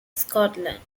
scotland